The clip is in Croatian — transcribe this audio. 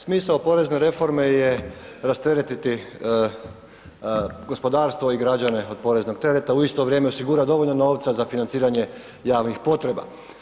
Smisao porezne reforme je rasteretiti gospodarstvo i građane od poreznog tereta u isto vrijeme osigurati dovoljno novca za financiranje javnih potreba.